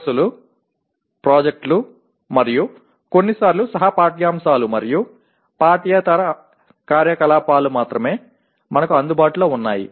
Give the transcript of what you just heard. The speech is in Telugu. కోర్సులు ప్రాజెక్టులు మరియు కొన్నిసార్లు సహ పాఠ్యాంశాలు మరియు పాఠ్యేతర కార్యకలాపాలు మాత్రమే మనకు అందుబాటులో ఉన్నాయి